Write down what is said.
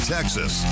Texas